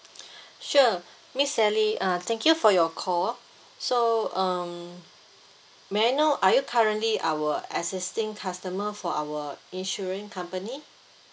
sure miss sally uh thank you for your call so um may I know are you currently our existing customer for our insurance company